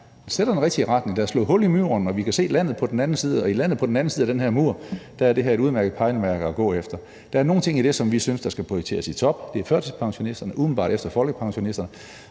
sætter den rigtige retning, der er slået hul i muren, og vi kan se landet på den anden side, og i landet på den anden side af den her mur er det her et udmærket pejlemærke at gå efter. Der er nogle ting i det, som vi synes skal prioriteres først, og det er førtidspensionisterne umiddelbart efter folkepensionisterne.